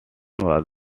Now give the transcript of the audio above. was